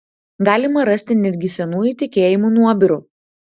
galima rasti netgi senųjų tikėjimų nuobirų